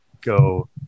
go